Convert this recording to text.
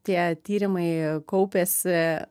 tie tyrimai kaupėsi